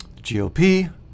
GOP